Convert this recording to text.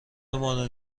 مورد